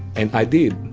and i did,